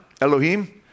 Elohim